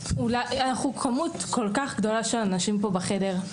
אנחנו כמות כל כך גדולה של אנשים בחדר,